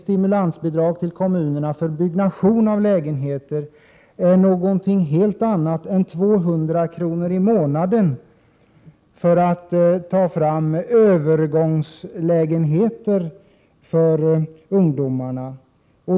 i stimulansbidrag till kommunerna för byggande av lägenheter är något helt annat än att, som socialdemokraterna, anslå 200 kr. i månaden för att ta fram övergångslägenheter för ungdomarna.